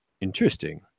interesting